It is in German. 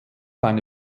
eine